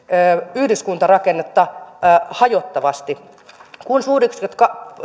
yhdyskuntarakennetta hajottavasti kun suuryksiköt